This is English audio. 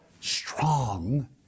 strong